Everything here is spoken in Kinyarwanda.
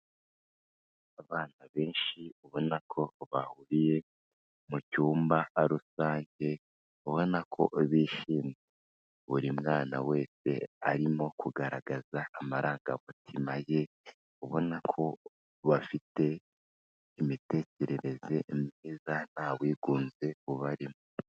Abana benshi ubona ko bahuriye mu cyumba rusange ubona ko bishimye, buri mwana wese arimo kugaragaza amarangamutima ye, ubona ko bafite imitekerereze myiza nta wigunze ubarimo.